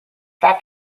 that